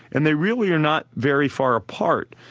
and they really are not very far apart,